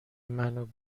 منو